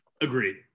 Agreed